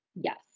Yes